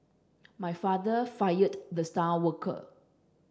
my father fired the star worker